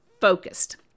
focused